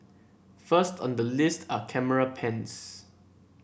first on the list are camera pens